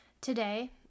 Today